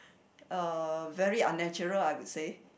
uh very unnatural I would say